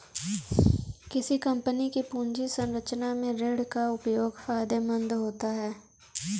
किसी कंपनी की पूंजी संरचना में ऋण का उपयोग फायदेमंद होता है